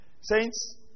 Saints